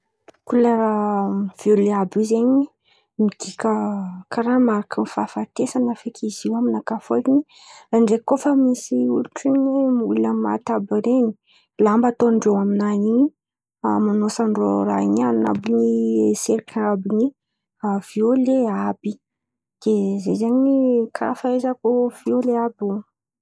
Kolera viôle àby io zen̈y, midika karà markin’ny fafatesan̈a feky izio amy nakà. Fôtony ndraiky koa fa misy olona maty àby iren̈y, lamba ataon-drô aminan̈y in̈y, amonosan-drô raha in̈y an̈y, an̈abon’ny serkay àby in̈y viôle àby. Kay zen̈y, zen̈y karà fahaizako viôle àby io.